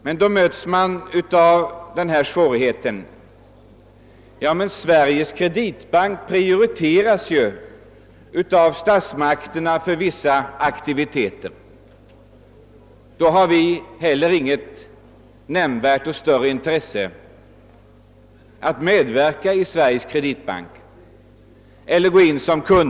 I vår verksamhet möts vi ofta av argumentet: Sveriges kreditbank prioriteras ju av statsmakterna för vissa aktiviteter, därför har vi inget större intresse av att bli kunder där.